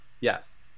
yes